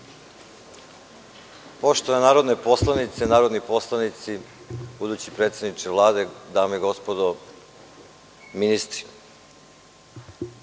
Poštovane narodne poslanice i narodni poslanici, budući predsedniče Vlade, dame i gospodo ministri,